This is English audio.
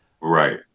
Right